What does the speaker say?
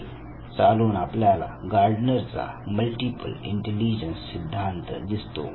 पुढे चालून आपल्याला गार्डनर चा मल्टिपल इंटेलिजन्स सिद्धांत दिसतो